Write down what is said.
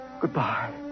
Goodbye